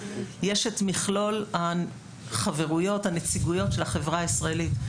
יש את מכלול החברויות הנציגויות של החברה הישראלית.